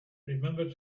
remember